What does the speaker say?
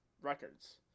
records